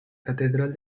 catedral